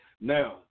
Now